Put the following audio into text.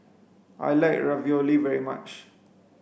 I like Ravioli very much